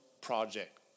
project